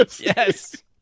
Yes